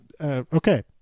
okay